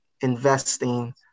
investing